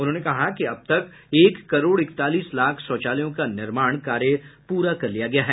उन्होंने कहा कि अब तक एक करोड़ इकतालीस लाख शौचालयों का निर्माण कार्य प्ररा कर लिया गया है